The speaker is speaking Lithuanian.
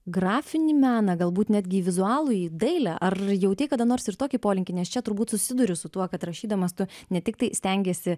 grafinį meną galbūt netgi į vizualųjį dailę ar jautei kada nors ir tokį polinkį nes čia turbūt susiduri su tuo kad rašydamas tu ne tiktai stengiesi